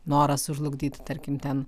noras sužlugdyti tarkim ten